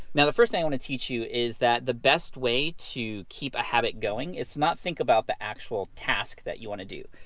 now the first thing i wanna teach you is that the best way to keep a habit going it's not thinking about the actual task that you wanna do.